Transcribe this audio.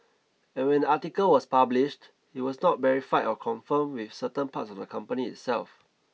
and when the article was published it was not verified or confirmed with certain parts of the company itself